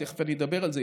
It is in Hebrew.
תכף אני אדבר על זה,